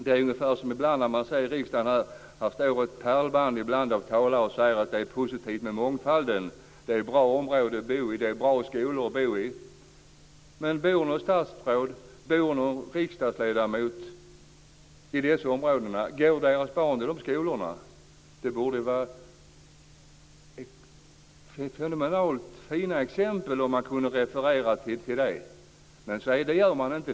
Det är ungefär som när det här i riksdagen ibland går upp ett pärlband av talare som säger att det är positivt med mångfalden och att invandrarna har bra områden att bo i och bra skolor att gå i. Bor något statsråd eller någon riksdagsledamot i dessa områden, och går deras barn i de här skolorna? Det gör de inte. Det vore i så fall fenomenalt fina exempel att referera till, men så är det inte.